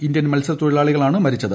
Indian മത്സ്യത്തൊഴിലാളികളാണ് മരിച്ചത്